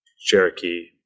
Cherokee